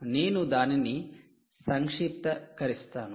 నేను దానిని సంక్షిప్తీకరిస్తాను